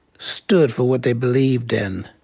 stood for what they believed in.